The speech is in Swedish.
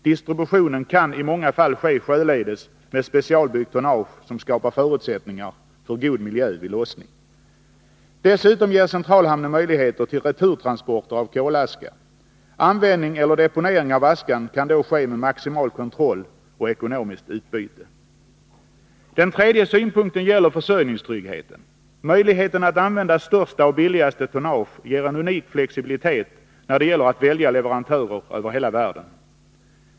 Distributionen kan i många fall ske sjöledes med specialbyggt tonnage, som skapar förutsättningar för god miljö vid lossning. Dessutom ger centralhamnen möjligheter till returtransporter av kolaska. Användning eller deponering av askan kan då ske med maximal kontroll och maximalt ekonomiskt utbyte. Den tredje synpunkten gäller försörjningstryggheten. Möjligheten att använda största och billigaste tonnage ger en unik flexibilitet när det gäller att välja leverantörer över hela världen.